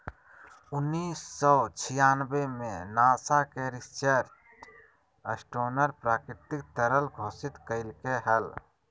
उन्नीस सौ छियानबे में नासा के रिचर्ड स्टोनर प्राकृतिक तरल घोषित कइलके हल